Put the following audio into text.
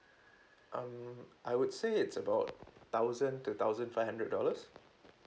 um I would say it's about thousand to thousand five hundred dollars